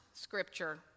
scripture